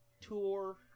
Tour